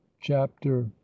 chapter